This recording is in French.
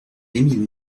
émile